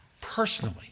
personally